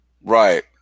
Right